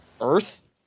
Earth